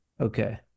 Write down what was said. Okay